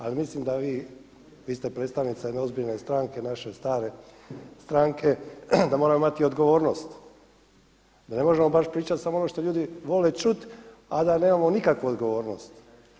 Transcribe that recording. Ali mislim da vi, vi ste predstavnica jedne ozbiljne stranke, jedne stare stranke da moramo imati odgovornost, da ne možemo baš pričati samo ono što ljudi vole čuti, a da nemamo nikakvu odgovornost.